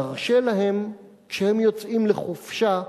נרשה להם, כשהם יוצאים לחופשה,